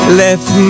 left